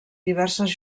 diverses